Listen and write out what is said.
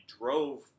drove